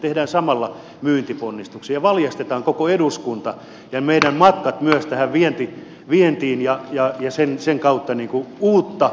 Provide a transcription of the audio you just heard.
tehdään samalla myyntiponnistuksia ja valjastetaan koko eduskunta ja meidän matkat myös tähän vientiin ja tehdään sen kautta uutta innovatiivista ja todella suurta